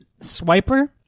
Swiper